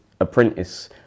apprentice